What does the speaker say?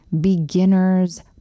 beginner's